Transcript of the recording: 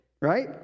right